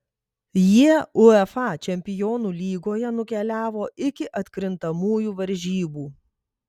jie uefa čempionų lygoje nukeliavo iki atkrintamųjų varžybų